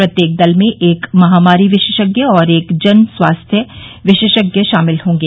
प्रत्येक दल में एक महामारी विशेषज्ञ और एक जन स्वास्थ्य विशेषज्ञ शामिल होंगे